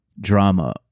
drama